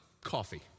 coffee